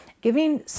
Giving